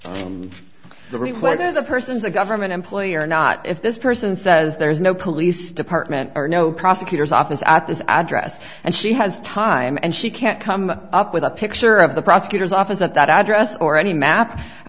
is this person is a government employee or not if this person says there is no police department or no prosecutor's office at this address and she has time and she can't come up with a picture of the prosecutor's office at that address or any map i